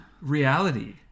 reality